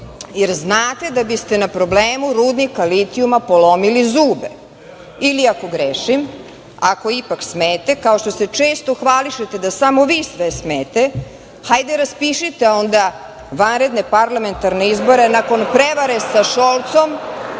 jer znate da biste na problemu rudnika litijuma polomili zube. Ili, ako grešim, ako ipak smete, kao što se često hvališete da samo vi sve smete, hajde, raspišite onda vanredne parlamentarne izbore nakon prevare sa Šolcom,